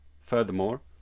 Furthermore